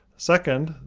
second,